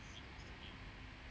mmhmm